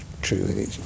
true